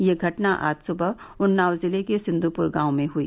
यह घटना आज सुबह उन्नाव जिले के सिंदुपर गांव में हुई